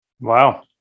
Wow